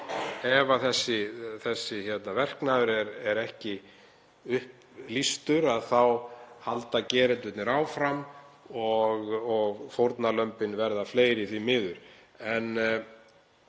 Ef þessi verknaður er ekki upplýstur þá halda gerendurnir áfram og fórnarlömbin verða fleiri, því miður.